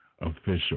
Official